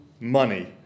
money